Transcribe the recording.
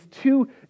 two